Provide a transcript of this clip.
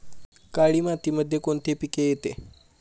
काळी मातीमध्ये कोणते पिके येते?